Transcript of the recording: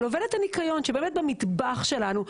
אבל עובדת ניקיון במטבח שלנו,